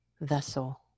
vessel